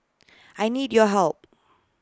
I need your help